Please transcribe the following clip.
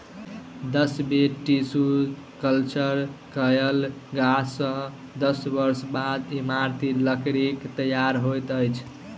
दस बेर tissue culture कयल गाछ सॅ दस वर्ष बाद इमारती लकड़ीक तैयार होइत अछि